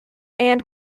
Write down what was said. and